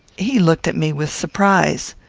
he looked at me with surprise.